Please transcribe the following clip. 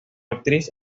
actriz